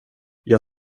jag